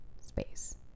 space